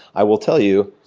i will tell you,